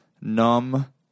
numb